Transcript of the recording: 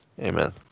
Amen